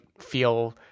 feel